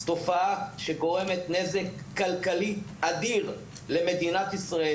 זו תופעה שגורמת נזק כלכלי אדיר למדינת ישראל.